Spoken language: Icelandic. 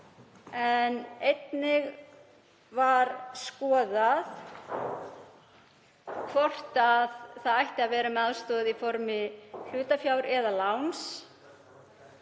Einnig var skoðað hvort það ætti að vera með aðstoð í formi hlutafjár eða láns.